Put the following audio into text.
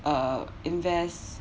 uh invest